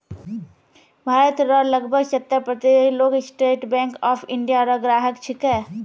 भारत रो लगभग सत्तर प्रतिशत लोग स्टेट बैंक ऑफ इंडिया रो ग्राहक छिकै